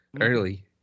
Early